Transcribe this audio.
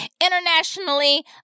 Internationally